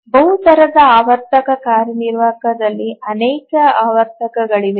ಬಹು ದರದ ಆವರ್ತಕ ಕಾರ್ಯನಿರ್ವಾಹಕದಲ್ಲಿ ಅನೇಕ ಆವರ್ತನಗಳಿವೆ